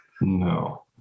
No